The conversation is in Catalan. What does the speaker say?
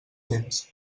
temps